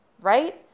right